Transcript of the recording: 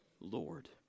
Lord